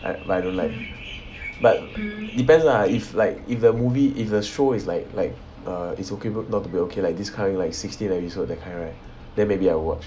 but but I don't like but depends lah if like if the movie if the show is like like err it's ok but not to be okay like this kind like sixteen episode that kind right then maybe I'll watch